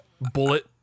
bullet